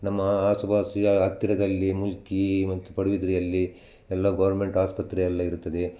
ನಮ್ಮ ಆಸುಪಾಸು ಯಾ ಹತ್ತಿರದಲ್ಲಿ ಮುಲ್ಕಿ ಮತ್ತು ಪಡುಬಿದ್ರೆಯಲ್ಲಿ ಎಲ್ಲ ಗೋರ್ಮೆಂಟ್ ಆಸ್ಪತ್ರೆ ಎಲ್ಲ ಇರುತ್ತದೆ